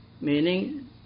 meaning